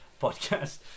podcast